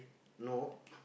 no